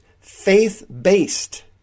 faith-based